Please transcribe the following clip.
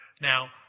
Now